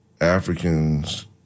Africans